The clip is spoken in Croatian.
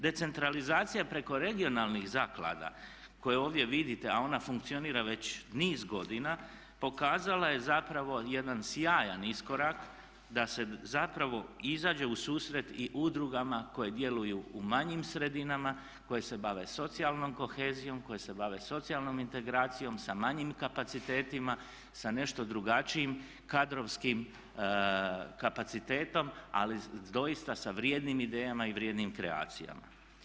Decentralizacija preko regionalnih zaklada koje ovdje vidite, a ona funkcionira već niz godina pokazala je zapravo jedan sjajan iskorak da se zapravo izađe u susret i udrugama koje djeluju u manjim sredinama, koje se bave socijalnom kohezijom, koje se bave socijalnom integracijom sa manjim kapacitetima, sa nešto drugačijim kadrovskim kapacitetom ali doista sa vrijednim idejama i vrijednim kreacijama.